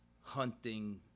hunting